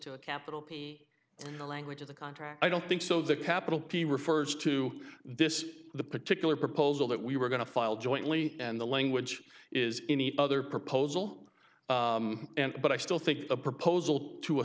to a capital p the language of the contract i don't think so the capital p refers to this particular proposal that we were going to file jointly and the language is any other proposal but i still think the proposal to a